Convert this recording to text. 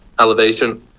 elevation